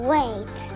Wait